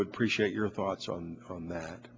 would appreciate your thoughts on that